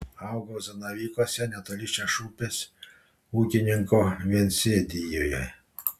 augau zanavykuose netoli šešupės ūkininko viensėdijoje